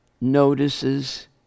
notices